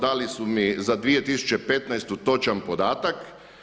Dali su mi za 2015. točan podatak.